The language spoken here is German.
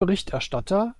berichterstatter